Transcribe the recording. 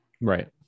right